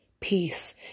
peace